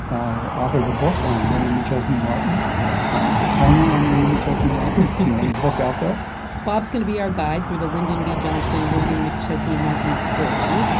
i authored a book on william mcchesney martin. i have kind of a corner on william mcchesney martin. it's the only book out there bob's going to be our guide through the lyndon b. johnson-william mcchesney martin story.